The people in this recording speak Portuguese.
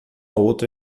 outro